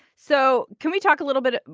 so can we talk little bit.